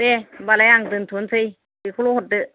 दे होमबालाय आं दोनथ'सै बेखौल' हरदो